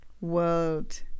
world